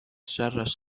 شرش